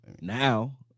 Now